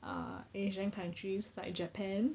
uh asian countries like japan